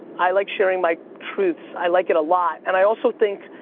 i like sharing my truths, i like it a lot, and i also think,